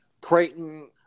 Creighton